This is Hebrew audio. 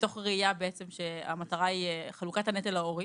מתוך ראייה שהמטרה היא חלוקת הנטל ההורי